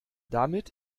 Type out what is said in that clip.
damit